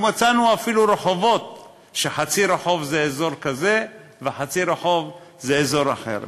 מצאנו אפילו רחובות שחצי רחוב זה אזור כזה וחצי רחוב זה אזור אחר.